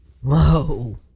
Whoa